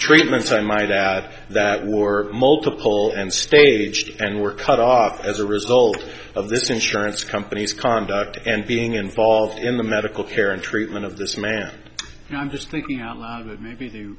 treatments i might add that were multiple and staged and were cut off as a result of this insurance company's conduct and being involved in the medical care and treatment of this man and i'm just thinking out that maybe